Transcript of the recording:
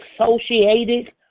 associated